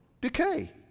decay